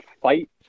fight